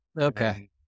Okay